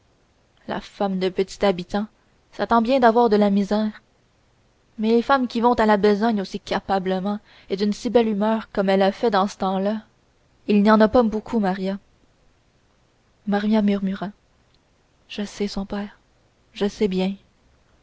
la femme d'un petit habitant s'attend bien d'avoir de la misère mais des femmes qui vont à la besogne aussi capablement et d'une si belle humeur comme elle a fait dans ce temps-là il n'y en a pas beaucoup maria maria murmura je sais son père je sais bien